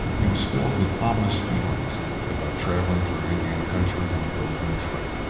he was filled with ominous feelings about traveling through indian country on the bozeman trail.